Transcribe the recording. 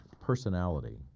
personality